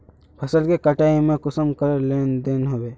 फसल के कटाई में कुंसम करे लेन देन होए?